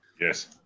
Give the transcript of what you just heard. Yes